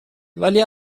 ولی